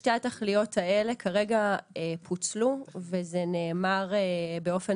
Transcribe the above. שתי התכליות האלה כרגע פוצלו וזה נאמר באופן